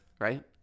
right